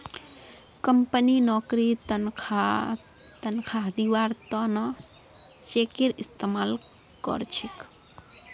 company नौकरीर तन्ख्वाह दिबार त न चेकेर इस्तमाल कर छेक